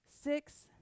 six